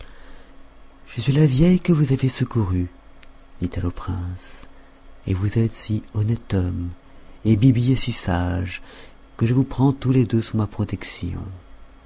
je suis la vieille que vous avez secourue dit-elle au prince vous êtes si honnête homme et biby est si sage que je vous prends tous les deux sous ma protection